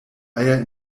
eier